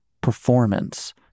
performance